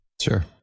sure